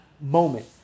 moment